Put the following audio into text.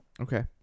okay